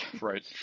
Right